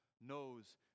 knows